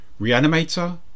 Reanimator